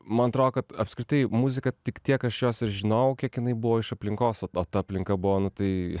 man atrodo kad apskritai muzika tik tiek aš jos ir žinojau kiek jinai buvo iš aplinkos o ta aplinka buvo nu tai